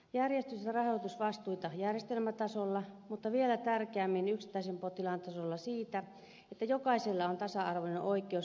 järjestys ja rahoitusvastuita järjestelmätasolla mutta vielä tärkeämmin yksittäisen potilaan tasolla sitä että jokaisella on tasa arvoinen oikeus laadukkaaseen terveydenhuoltoon